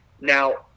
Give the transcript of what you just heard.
Now